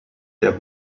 der